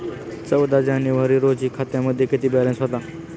चौदा जानेवारी रोजी खात्यामध्ये किती बॅलन्स होता?